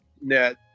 net